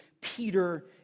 Peter